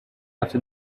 هفته